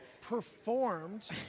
performed